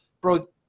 bro